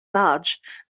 large